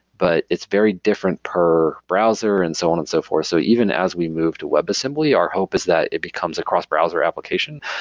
but it's very different per browser and so on and so forth. so even as we moved to webassembly, our hope is that it becomes a cross-browser application,